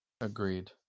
agreed